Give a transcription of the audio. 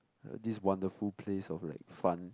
uh this wonderful place of like fun